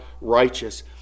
righteous